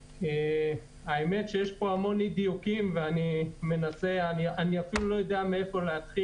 יש המון אי דיוקים ואני לא יודע מאיפה להתחיל.